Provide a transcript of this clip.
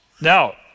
Now